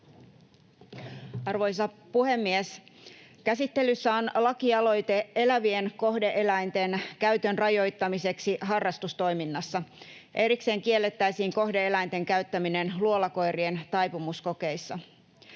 Arvoisa puhemies! Käsittelyssä on lakialoite elävien kohde-eläinten käytön rajoittamiseksi harrastustoiminnassa. Erikseen kiellettäisiin kohde-eläinten käyttäminen luolakoirien taipumuskokeissa.